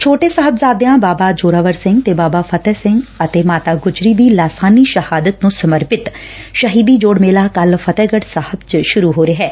ਛੋਟੇ ਸਾਹਿਬਜ਼ਾਦਿਆਂ ਬਾਬਾ ਜ਼ੋਰਾਵਰ ਸਿੰਘ ਤੇ ਬਾਬਾ ਫਤਹਿ ਸਿੰਘ ਅਤੇ ਮਾਤਾ ਗੁਜ਼ਰੀ ਦੀ ਲਾਸਾਨੀ ਸ਼ਹਾਦਤ ਨੰ ਸਮਰਪਿਤ ਸ਼ਹੀਦੀ ਜੋੜ ਮੇਲਾ ਕੱਲ਼ ਫਤਹਿਗੜ ਸਾਹਿਬ ਚ ਸੁਰੁ ਹੋ ਰਿਹੈ